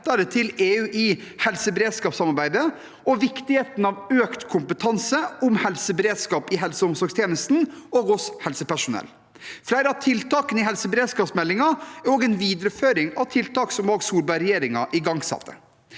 til EU i helseberedskapssamarbeidet og viktigheten av økt kompetanse om helseberedskap i helse- og omsorgstjenesten og hos helsepersonell. Flere av tiltakene i helseberedskapsmeldingen er også en videreføring av tiltak Solberg-regjeringen igangsatte.